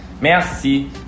Merci